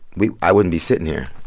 we i wouldn't be sitting here.